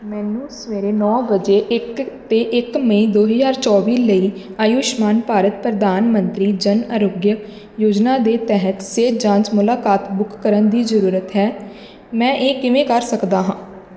ਮੈਨੂੰ ਸਵੇਰੇ ਨੌਂ ਵਜੇ ਇੱਕ ਤੇ ਇੱਕ ਮਈ ਦੋ ਹਜ਼ਾਰ ਚੌਵੀ ਲਈ ਆਯੁਸ਼ਮਾਨ ਭਾਰਤ ਪ੍ਰਧਾਨ ਮੰਤਰੀ ਜਨ ਅਰੋਗਿਆ ਯੋਜਨਾ ਦੇ ਤਹਿਤ ਸਿਹਤ ਜਾਂਚ ਮੁਲਾਕਾਤ ਬੁੱਕ ਕਰਨ ਦੀ ਜ਼ਰੂਰਤ ਹੈ ਮੈਂ ਇਹ ਕਿਵੇਂ ਕਰ ਸਕਦਾ ਹਾਂ